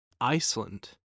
Iceland